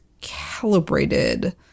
calibrated